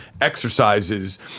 exercises